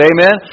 Amen